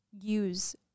use